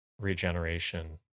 regeneration